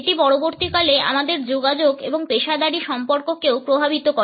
এটি পরবর্তীকালে আমাদের যোগাযোগ এবং পেশাদারী সম্পর্ককেও প্রভাবিত করে